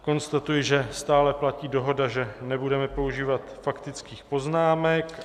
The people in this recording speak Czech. Konstatuji, že stále platí dohoda, že nebudeme používat faktických poznámek.